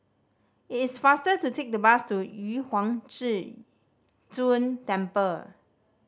it is faster to take the bus to Yu Huang Zhi Zun Temple